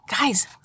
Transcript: Guys